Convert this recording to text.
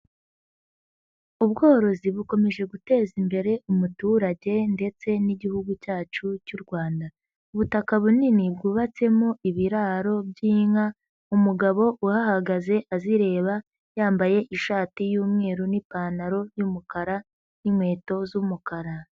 Ubworozi bukomeje guteza imbere umuturage ndetse n'igihugu cyacu cy'u Rwanda. Ubutaka bunini bwubatsemo ibiraro by'inka, umugabo uhahagaze azireba yambaye ishati y'umweru n'ipantaro y'umukara n'inkweto z'umukara.